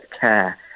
care